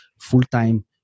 full-time